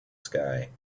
sky